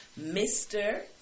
Mr